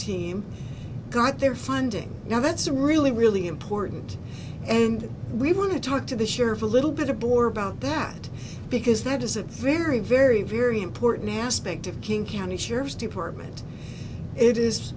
team got their funding now that's a really really important and we want to talk to the sheriff a little bit abor about that because that is a very very very important aspect of king county sheriff's department it is